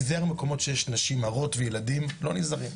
להיזהר במקומות שיש נשים הרות וילדים, לא נזהרים.